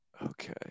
Okay